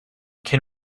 can